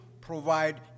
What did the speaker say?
provide